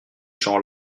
gens